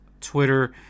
Twitter